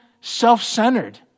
self-centered